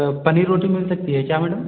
पनीर रोटी मिल सकती है क्या मैडम